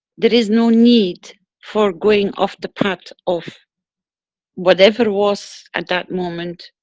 there is no need for going off the path of whatever was at that moment,